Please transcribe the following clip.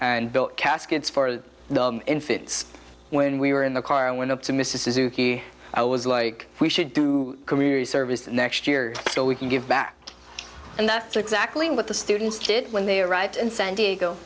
and built caskets for infants when we were in the car and went up to mrs e i was like we should do community service next year so we can give back and that's exactly what the students did when they arrived in san diego